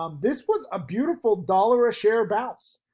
um this was a beautiful dollar a share bounce.